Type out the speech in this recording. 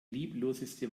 liebloseste